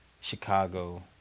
chicago